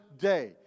day